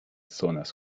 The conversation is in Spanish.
zonas